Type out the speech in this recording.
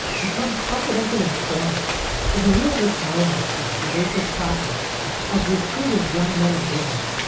the term confidential informant is a real misnomer for the pervasive practice of recruiting young men and women,